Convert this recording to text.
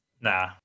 nah